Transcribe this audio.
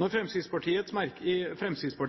Når Fremskrittspartiet